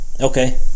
okay